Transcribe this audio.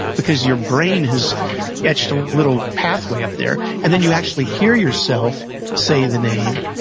because your brain has yeah arched a little pathway up there, and then, you actually hear yourself say the name.